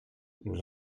nous